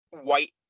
white